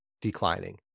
declining